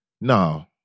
No